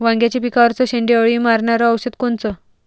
वांग्याच्या पिकावरचं शेंडे अळी मारनारं औषध कोनचं?